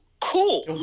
cool